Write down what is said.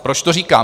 Proč to říkám?